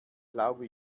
glaube